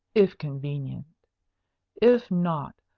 if convenient if not,